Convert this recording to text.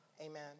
amen